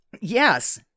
Yes